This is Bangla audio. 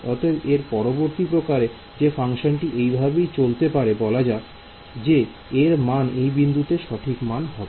অতএব এর পরবর্তী প্রকার যে ফাংশনটি এই ভাবেই চলতে পারে বলা যাক যে এর মান এই বিন্দুতে সঠিক মান হবে